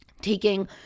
taking